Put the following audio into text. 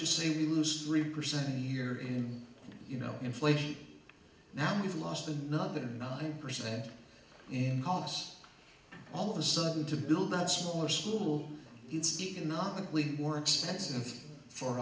just say we lose three percent a year in you know inflation now we've lost another nine percent in costs all of a sudden to build that smaller school it's economically more expensive for